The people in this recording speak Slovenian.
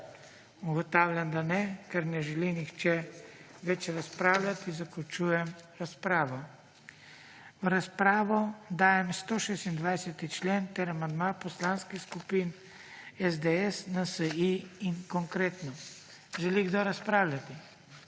Ugotavljam, da ne. Ker ne želi nihče več razpravljati, zaključujem razpravo. V razpravo dajem 130. člen ter amandma poslanskih skupin SDS, NSi in Konkretno. Želi kdo razpravljati?